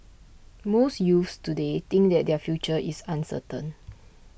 most youths today think that their future is uncertain